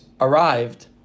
arrived